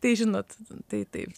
tai žinot tai taip